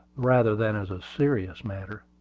rather than as a serious matter.